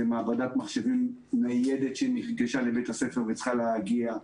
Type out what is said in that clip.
זה מעבדת מחשבים ניידת שנרכשה לבית הספר וצריכה להגיע,